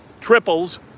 triples